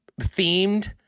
themed